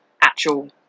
actual